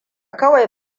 kawai